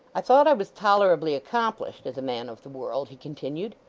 i thought i was tolerably accomplished as a man of the world he continued,